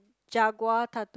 jaguar tattoo